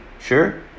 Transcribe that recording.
sure